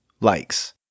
likes